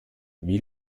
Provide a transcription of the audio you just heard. wie